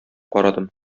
карадым